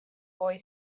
boy